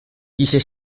一些